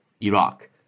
Iraq